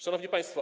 Szanowni Państwo!